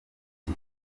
ati